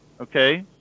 okay